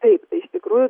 taip iš tikrųjų